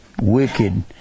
wicked